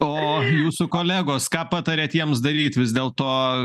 o jūsų kolegos ką patariat jiems daryt vis dėlto